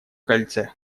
кольце